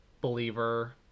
believer